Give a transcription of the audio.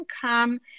come